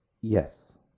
Yes